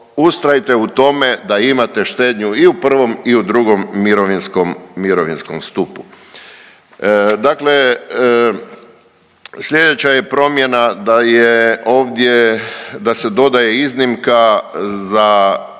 ustrajte u tome da imate štednju i u prvom i u drugom mirovinskom, mirovinskom stupu. Dakle, slijedeća je promjena da je ovdje, da se dodaje iznimka za